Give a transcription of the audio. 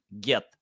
get